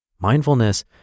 Mindfulness